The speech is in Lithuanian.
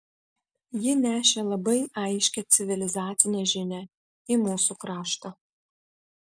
ji nešė labai aiškią civilizacinę žinią į mūsų kraštą